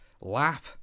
Lap